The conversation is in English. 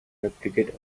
replicate